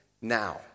now